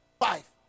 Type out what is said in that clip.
five